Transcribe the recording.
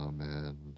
Amen